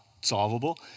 solvable